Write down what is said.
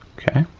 okay.